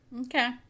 Okay